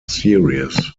series